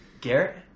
Garrett